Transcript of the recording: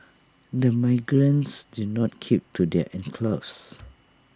the migrants did not keep to their enclaves